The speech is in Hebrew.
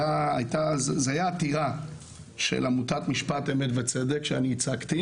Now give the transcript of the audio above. זאת הייתה עתירה של עמותת משפט אמת וצדק שאני ייצגתי